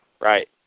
right